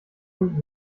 und